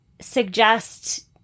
suggest